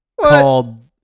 called